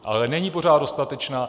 Ale není pořád dostatečná.